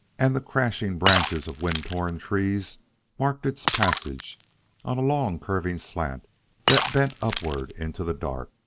and the crashing branches of wind-torn trees marked its passage on a long, curving slant that bent upward into the dark.